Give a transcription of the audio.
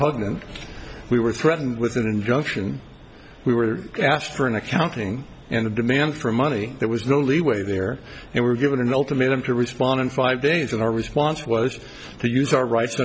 repugnant we were threatened with an injunction we were asked for an accounting and a demand for money there was no leeway there and we were given an ultimatum to respond in five days and our response was to use our rights